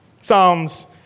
psalms